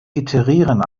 iterieren